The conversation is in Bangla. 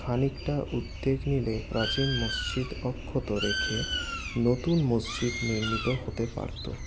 খানিকটা উদ্বেগ নিলে প্রাচীন মসজিদ অক্ষত রেখে নতুন মসজিদ নির্মিত হতে পারতো